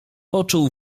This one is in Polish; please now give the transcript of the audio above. poczuł